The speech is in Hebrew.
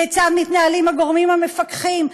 כיצד מתנהלים הגורמים המפקחים,